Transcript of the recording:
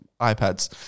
iPads